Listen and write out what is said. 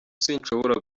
sinshobora